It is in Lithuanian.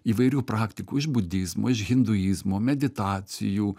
įvairių praktikų iš budizmo ir hinduizmo meditacijų